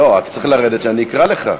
לא, אתה צריך לרדת, שאני אקרא לך.